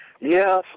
Yes